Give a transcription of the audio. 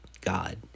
God